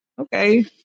Okay